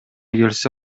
келсе